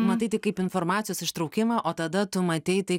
matai tik kaip informacijos ištraukimą o tada tu matei tai